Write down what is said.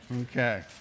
Okay